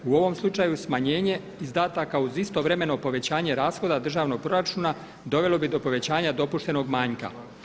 U ovom slučaju smanjenje izdataka uz istovremeno povećanje rashoda državnog proračuna dovelo bi do povećanja dopuštenog manjka.